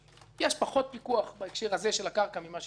- יש פחות פיקוח בהקשר הזה של הקרקע ממה שיהיה פה